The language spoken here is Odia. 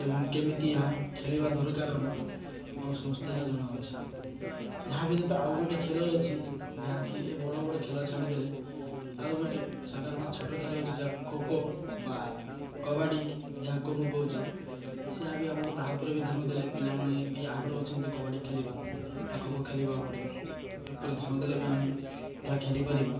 ଏବଂ କେମିତି ଏହା ଖେଳିବା ଦରକାର ଆମକୁ ଆମ ସମସ୍ତେ ଏହା ଜଣା ଅଛି ଏହା ବି ଯେତେ ଆଉ ଗୋଟିଏ ଖେଳ ଅଛି ଯାହାକି ଏ ବଡ଼ ବଡ଼ ଖେଳ ଛାଡ଼ିଦେଲେ ଆଉ ଗୋଟେ ସାଧାରଣ ଛୋଟ ଖେଳ ଅଛି ଯାହା ଖୋଖୋ ବା କବାଡ଼ି ଯାହାକୁ ଆମକୁ କହୁଛି ସେ ବି ଆମକୁ ତାହା ଉପରେ ବି ଧ୍ୟାନ ଦେଲେ ପିଲାମାନେ ବି ଆଗ୍ରହ ନେଉଛନ୍ତି କବାଡ଼ି ଖେଳିବା ବା ଖୋଖୋ ଖେଳିବା ଉପରେ ଏପରି ଧ୍ୟାନ ଦେଲେ ବି ଆମେ ତାହା ଖେଳିପାରିବା